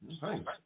Thanks